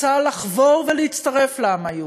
שרוצה לחבור ולהצטרף לעם היהודי,